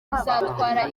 kuzatwara